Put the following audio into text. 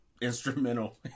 instrumental